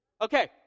Okay